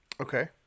okay